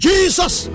Jesus